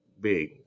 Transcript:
big